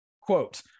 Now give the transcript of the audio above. quote